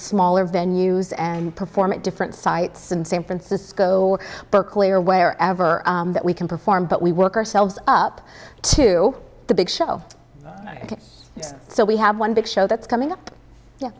smaller venues and perform at different sites in san francisco buckley or wherever that we can perform but we work ourselves up to the big show so we have one big show that's coming up